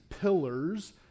pillars